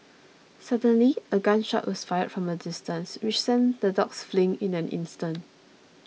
suddenly a gun shot was fired from a distance which sent the dogs fleeing in an instant